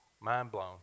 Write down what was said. mind-blown